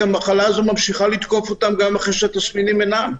כי המחלה הזאת ממשיכה לתקוף אותם גם אחרי שהתסמינים אינם.